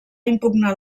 impugnar